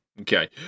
Okay